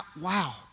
Wow